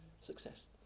Success